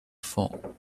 phone